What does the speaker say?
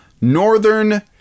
Northern